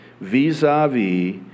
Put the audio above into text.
vis-a-vis